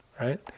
Right